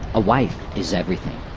a wife is everything.